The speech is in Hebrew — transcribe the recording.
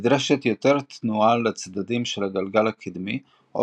נדרשת יותר תנועה לצדדים של הגלגל הקדמי או